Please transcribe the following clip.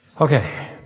Okay